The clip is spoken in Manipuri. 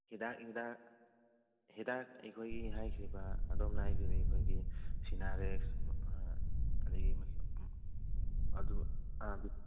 ꯍꯤꯗꯥꯛ ꯍꯤꯗꯥꯛ ꯍꯤꯗꯥꯛ ꯑꯩꯈꯣꯏꯒꯤ ꯍꯥꯏꯈ꯭ꯔꯤꯕ ꯑꯗꯣꯝꯅ ꯍꯥꯏꯈ꯭ꯔꯤꯕ ꯑꯩꯈꯣꯏꯒꯤ ꯁꯤꯅꯥꯔꯦꯁ ꯑꯗꯒꯤ